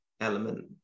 element